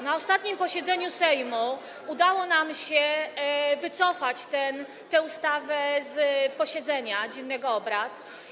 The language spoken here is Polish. Na ostatnim posiedzeniu Sejmu udało nam się wycofać tę ustawę z posiedzenia, z porządku dziennego obrad.